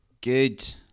Good